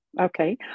okay